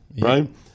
right